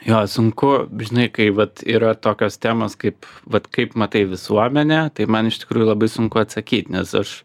jo sunku bet žinai kai vat yra tokios temos kaip vat kaip matai visuomenę tai man iš tikrųjų labai sunku atsakyt nes aš